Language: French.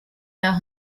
leur